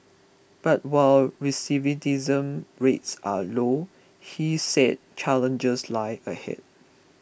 but while recidivism rates are low he said challenges lie ahead